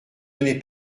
mener